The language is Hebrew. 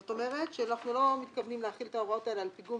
זאת אומרת שאנחנו לא מתכוונים להחיל הוראות אלו על פיגום